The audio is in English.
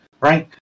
right